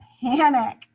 panic